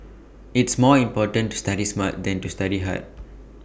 it's more important to study smart than to study hard